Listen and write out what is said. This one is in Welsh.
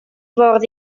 fwrdd